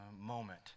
moment